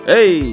Hey